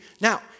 Now